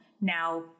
Now